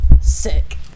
Sick